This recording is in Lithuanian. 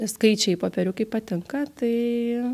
skaičiai popieriukai patinka tai